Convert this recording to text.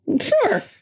Sure